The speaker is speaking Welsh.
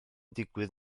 digwydd